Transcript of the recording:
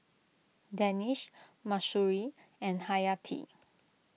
Danish Mahsuri and Hayati